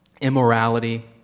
immorality